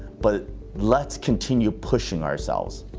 but let's continue pushing ourselves.